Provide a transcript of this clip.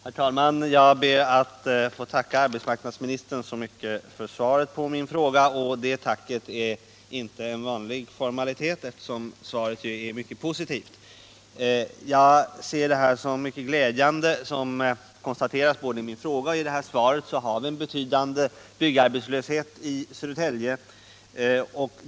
Herr talman! Jag ber att få tacka arbetsmarknadsministern så mycket för svaret på min fråga — och det tacket är inte en vanlig formalitet, eftersom svaret ju är mycket positivt, vilket jag ser som mycket glädjande. Det konstateras i både frågan och svaret att vi har en betydande byggarbetslöshet i Södertälje.